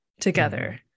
together